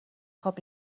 خواب